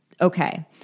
Okay